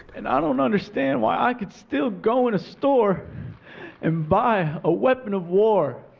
and i don't understand why i could still go in a store and buy a weapon of war,